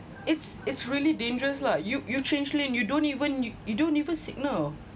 it's it's really dangerous lah you you change lane you don't even you don't even signal